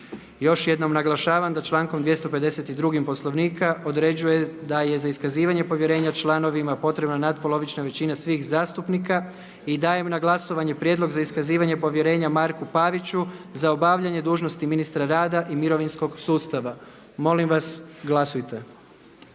sjednici. Naglašavam da člankom 252. Poslovnika se određuje da je za iskazivanje povjerenja članovima Vlade potrebna natpolovična većina svih zastupnika. Dajem na glasovanje Prijedlog za iskazivanje povjerenja Lovri Kuščeviću za obavljanje dužnosti ministra uprave. Molim glasujte.